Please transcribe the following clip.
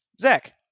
Zach